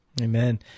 Amen